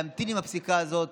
להמתין עם הפסיקה הזאת